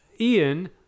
Ian